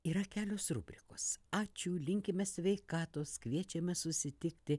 yra kelios rubrikos ačiū linkime sveikatos kviečiame susitikti